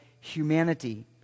humanity